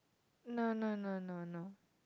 no no no no no